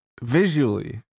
visually